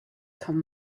come